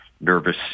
nervous